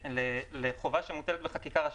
לחובה שמוטלת בחקיקה ראשית,